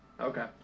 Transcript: Okay